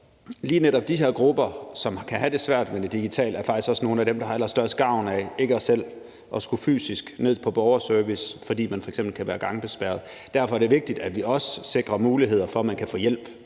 lige netop de her grupper, som kan have det svært ved det digitale, er faktisk også nogle af dem, der har allerstørst gavn af ikke fysisk selv at skulle ned på Borgerservice, fordi man f.eks. kan være gangbesværet. Derfor er det vigtigt, at vi også sikrer muligheder for, at man kan få hjælp